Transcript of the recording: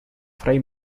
fray